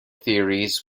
theories